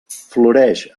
floreix